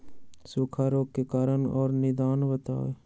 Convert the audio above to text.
सूखा रोग के कारण और निदान बताऊ?